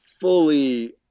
fully